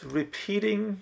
repeating